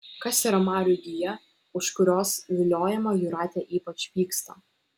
kas yra marių gija už kurios viliojimą jūratė ypač pyksta